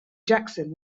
jackson